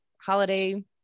holiday